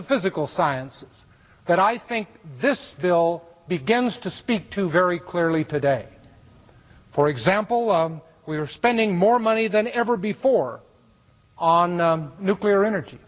the physical sciences that i think this bill begins to speak to very clearly today for example we are spending more money than ever before on nuclear energy